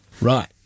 Right